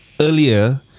earlier